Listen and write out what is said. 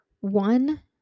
one